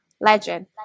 Legend